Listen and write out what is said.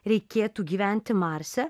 reikėtų gyventi marse